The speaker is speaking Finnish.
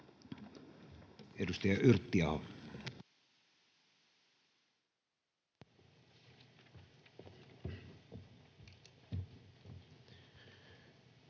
Edustaja Yrttiaho.